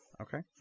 Okay